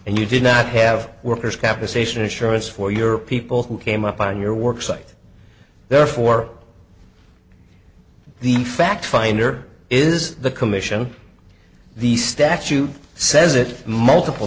and you did not have workers compensation insurance for your people who came up on your work site therefore the in fact finder is the commission the statute says it multiple